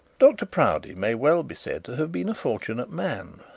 dr proudie may well be said to have been a fortunate man,